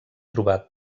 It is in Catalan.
trobar